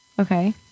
okay